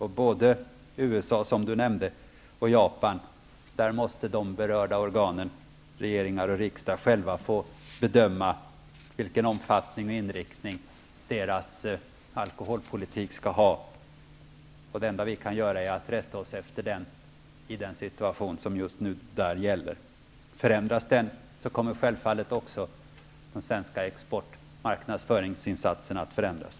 Både i USA och i Japan måste de berörda organen, regering och riksdag, själva få bedöma vilken omfattning och inriktning deras alkoholpolitik skall ha. Det enda vi kan göra är att rätta oss efter den i den situation som just nu gäller där. Förändras den kommer självfallet också den svenska exportmarknadsföringsinsatsen att förändras.